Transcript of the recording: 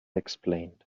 explained